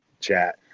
chat